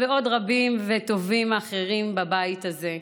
ועוד רבים וטובים אחרים בבית הזה.